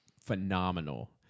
phenomenal